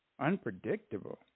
unpredictable